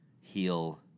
heal